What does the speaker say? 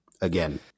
again